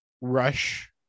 rush